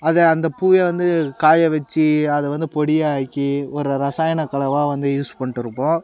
அதை அந்த பூவையே வந்து காய வச்சு அதை வந்து பொடியாக்கி ஒரு ரசாயன கலவை வந்து யூஸ் பண்ணிட்டு இருப்போம்